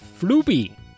Floopy